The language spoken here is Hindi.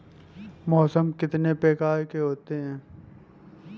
मौसम कितनी प्रकार के होते हैं?